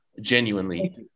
genuinely